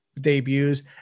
debuts